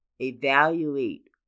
evaluate